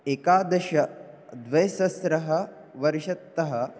एकादशद्विसहस्रः वर्षतः